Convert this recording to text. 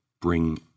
bring